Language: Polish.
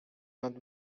nad